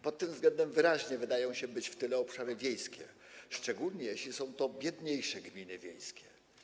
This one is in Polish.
Pod tym względem wyraźnie wydają się pozostawać w tyle obszary wiejskie, szczególnie jeśli są to biedniejsze gminy wiejskie.